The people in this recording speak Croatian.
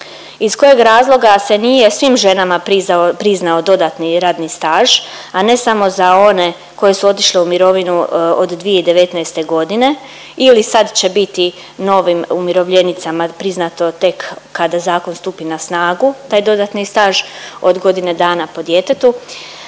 Iz kojeg razloga se nije svim ženama priznao dodatni radni staž, a ne samo za one koje su otišle u mirovinu od 2019.g. ili sad će biti novim umirovljenicama priznato tek kada zakon stupi na snagu taj dodatni staž od godine dana po djetetu